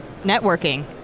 Networking